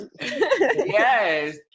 Yes